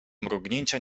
mrugnięcia